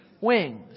wings